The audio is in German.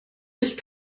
nicht